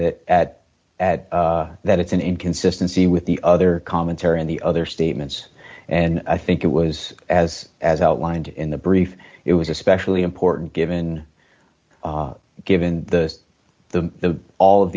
that at at that it's an inconsistency with the other commentary in the other statements and i think it was as as outlined in the brief it was especially important given given the the all of